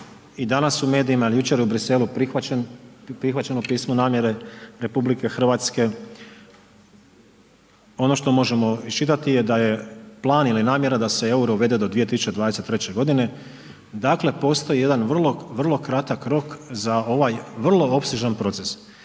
i danas u medijima jer je jučer u Briselu prihvaćeno pismo namjere RH, ono što možemo iščitati je da je plan ili namjera da se euro uvede do 2023. godine. Dakle postoji jedan vrlo, vrlo kratak rok za ovaj vrlo opsežan proces.